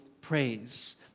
praise